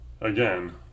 again